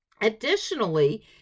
Additionally